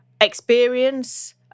experience